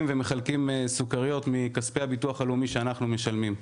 ומחלקים סוכריות מכספי הביטוח הלאומי שאנחנו משלמים.